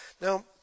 Now